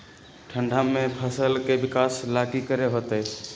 ठंडा में फसल के विकास ला की करे के होतै?